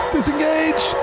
Disengage